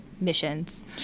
missions